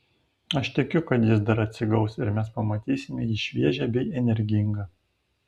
aš tikiu kad jis dar atsigaus ir mes pamatysime jį šviežią bei energingą